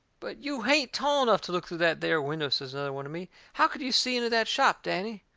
but you hain't tall enough to look through that there window, says another one to me. how could you see into that shop, danny?